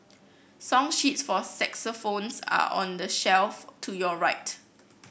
song sheets for saxophones are on the shelf to your right